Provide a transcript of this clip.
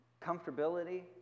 comfortability